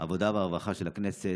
העבודה והרווחה של הכנסת,